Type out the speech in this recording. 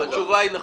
התשובה היא נכון,